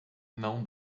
não